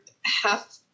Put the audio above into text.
half